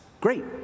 great